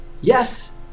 Yes